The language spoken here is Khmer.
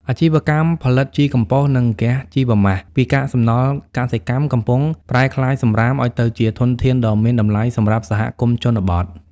អាជីវកម្មផលិតជីកំប៉ុស្ត និងហ្គាសជីវម៉ាស ពីកាកសំណល់កសិកម្ម កំពុងប្រែក្លាយសំរាមឱ្យទៅជាធនធានដ៏មានតម្លៃសម្រាប់សហគមន៍ជនបទ។